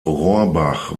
rohrbach